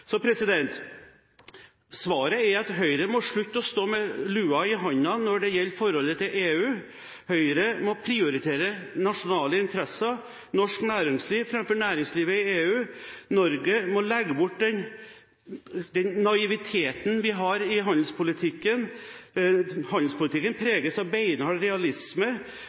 Svaret er at Høyre må slutte å stå med lua i handa når det gjelder forholdet til EU. Høyre må prioritere nasjonale interesser og norsk næringsliv framfor næringslivet i EU. Norge må legge bort den naiviteten vi har i handelspolitikken. Handelspolitikken preges av beinhard realisme,